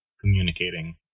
communicating